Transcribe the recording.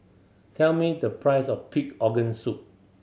tell me the price of pig organ soup